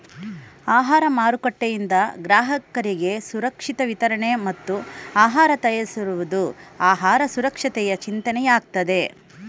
ಆಹಾರ ಮಾರುಕಟ್ಟೆಯಿಂದ ಗ್ರಾಹಕರಿಗೆ ಸುರಕ್ಷಿತ ವಿತರಣೆ ಮತ್ತು ಆಹಾರ ತಯಾರಿಸುವುದು ಆಹಾರ ಸುರಕ್ಷತೆಯ ಚಿಂತನೆಯಾಗಯ್ತೆ